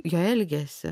jo elgesį